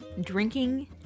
drinking